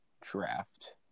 draft